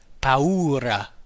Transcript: paura